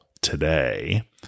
today